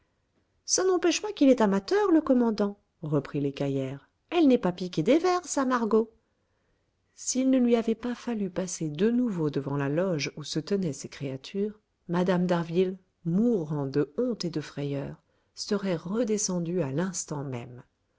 ça n'empêche pas qu'il est amateur le commandant reprit l'écaillère elle n'est pas piquée des vers sa margot s'il ne lui avait pas fallu passer de nouveau devant la loge où se tenaient ces créatures mme d'harville mourant de honte et de frayeur serait redescendue à l'instant même